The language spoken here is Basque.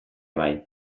bai